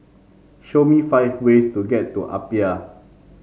show me five ways to get to Apia